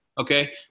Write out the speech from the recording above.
Okay